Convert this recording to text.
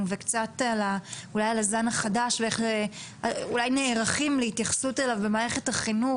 וקצת אולי על הזן החדש ואיך נערכים להתייחסות אליו במערכת החינוך,